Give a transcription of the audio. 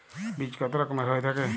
বীজ কত রকমের হয়ে থাকে?